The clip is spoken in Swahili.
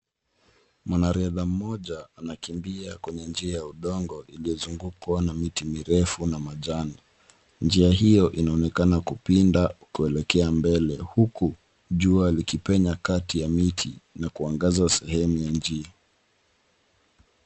Mwanariadha mmoja anakimbia kwenye njia ya udongo iliyozungukwa na miti mirefu na majani. Njia hiyo inaonekana kupinda kuelekea mbele huku jua likipenya kati ya miti na kuangaza sehemu ya njia.